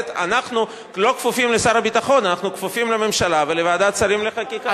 אנחנו לא כפופים לשר הביטחון אלא לממשלה ולוועדת שרים לחקיקה.